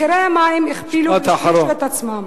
מחירי המים הכפילו ושילשו את עצמם,